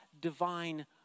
divine